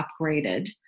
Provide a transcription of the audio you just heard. upgraded